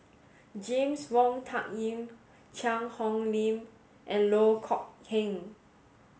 James Wong Tuck Yim Cheang Hong Lim and Loh Kok Heng